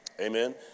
Amen